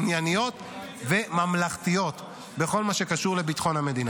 ענייניות וממלכתיות בכל מה שקשור לביטחון המדינה.